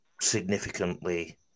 significantly